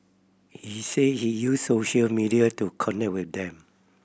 he said he uses social media to connect with them